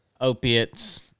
opiates